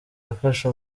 yafashe